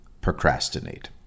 procrastinate